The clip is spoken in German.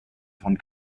von